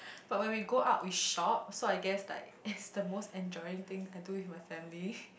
but when we go out we shop so I guess like it's the most enjoying thing I do with my family